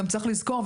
צריך גם לזכור,